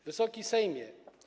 Wysoki Sejmie!